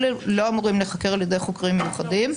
אלה לא אמורים להיחקר על ידי חוקרים מיוחדים.